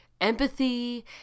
empathy